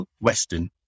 Western